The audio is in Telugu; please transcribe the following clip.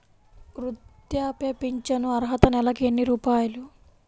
వృద్ధాప్య ఫింఛను అర్హత నెలకి ఎన్ని రూపాయలు?